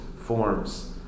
forms